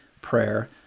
prayer